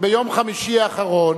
שביום חמישי האחרון,